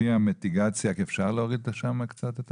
לפי המטיגציה אפשר להוריד שם קצת את